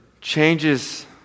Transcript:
changes